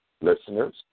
Listeners